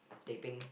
teh peng